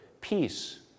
peace